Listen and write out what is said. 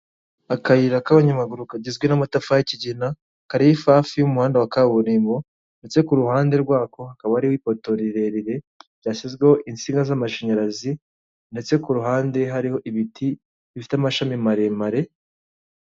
Akayira k'abanyamaguru kagizwe n'amatafa y'ikigina, kari hafi y'umuhanda wa kaburimbo ndetse ku ruhande rwako hakaba hari ipoto rirerire ryashyizweho insinga z'amashanyarazi ndetse ku ruhande hariho ibiti bifite amashami maremare.